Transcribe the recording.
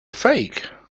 fake